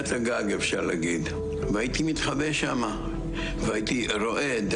לניצולי שואה,